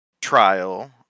trial